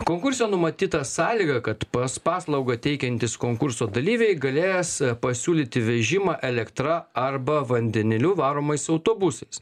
konkurse numatytą sąlygą kad pas paslaugą teikiantys konkurso dalyviai galės pasiūlyti vežimą elektra arba vandeniliu varomais autobusais